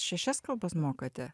šešias kalbas mokate